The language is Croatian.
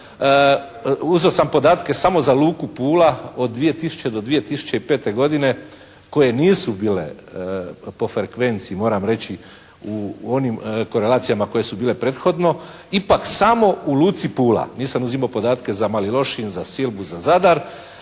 Uzeo sam podatke samo za luku Pula od 2000. do 2005. godine koje nisu bile po frekvenci moram reći u onim koleracijama koje su bile prethodno. Ipak samo u luci Pula, nisam uzimao podatke za Mali Lošinj, za Silbu, za Zadar,